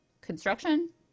Construction